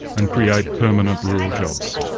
and create permanent rural jobs.